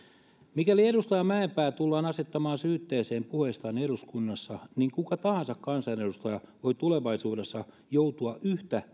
mikäli edustaja mäenpää tullaan asettamaan syytteeseen puheistaan eduskunnassa niin kuka tahansa kansanedustaja voi tulevaisuudessa joutua yhtä